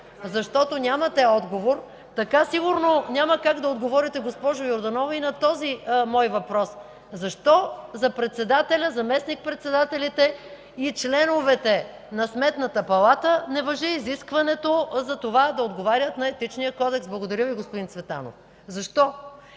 и провиквания от ГЕРБ), така сигурно няма как да отговорите, госпожо Йорданова, и на този мой въпрос: защо за председателя, заместник-председателите и членовете на Сметната палата не важи изискването за това да отговарят на Етичния кодекс? (Реплики от ГЕРБ.) Благодаря Ви, господин Цветанов. Защо?